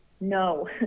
no